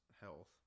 health